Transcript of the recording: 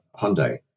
Hyundai